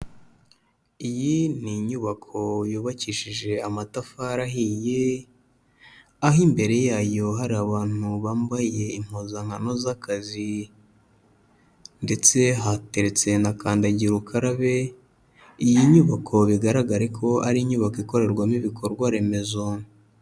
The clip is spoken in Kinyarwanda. Iyi ni inyubako yubakishije amatafari ahiye aho imbere yayo hari abantu bambaye impuzankano z'akazi ndetse hateretse na kandagira ukarabe, iyi nyubako bigaragare ko ari inyubako ikorerwamo ibikorwa remezo.